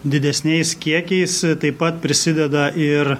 didesniais kiekiais taip pat prisideda ir